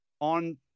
on